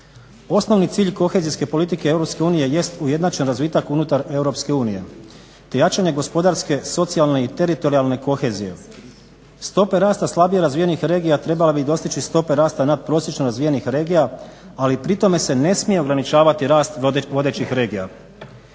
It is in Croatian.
Osnovni cilj kohezijske politike EU jest ujednačen razvitak unutar EU te jačanje gospodarske, socijalne i teritorijalne kohezije. Stope rasta slabije razvijenih regija trebale bi dostići stope rasta natprosječno razvijenih regija, ali pri tome se ne smije ograničavati rast vodećih regija,